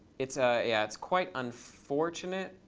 it's ah yeah it's quite unfortunate.